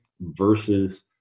versus